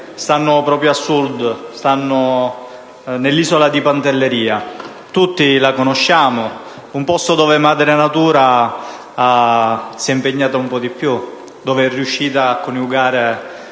stanno proprio a Sud, nell'isola di Pantelleria. Tutti la conosciamo: un posto dove madre natura si è impegnata un po' di più, dove è riuscita a coniugare